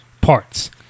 parts